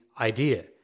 idea